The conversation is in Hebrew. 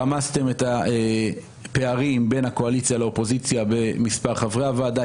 רמסתם את הפערים בין הקואליציה לאופוזיציה במספר חברי הוועדה.